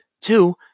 Two